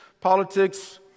politics